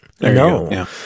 No